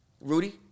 Rudy